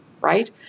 right